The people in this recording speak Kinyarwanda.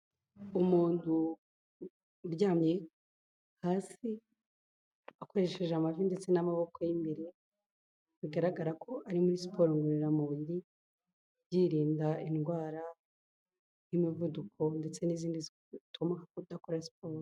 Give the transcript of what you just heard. Umuntu uryamye hasi akoresheje amavi ndetse n'amaboko y'imbere, bigaragara ko ari muri siporo ngororamubiri, yirinda indwara y'umuvuduko ndetse n'izindi zituma kudakora siporo.